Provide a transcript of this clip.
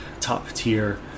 top-tier